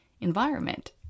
environment